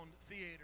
Theater